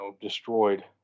destroyed